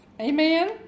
Amen